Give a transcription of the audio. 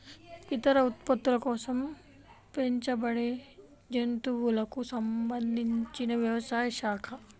ఇతర ఉత్పత్తుల కోసం పెంచబడేజంతువులకు సంబంధించినవ్యవసాయ శాఖ